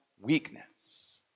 weakness